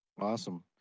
Awesome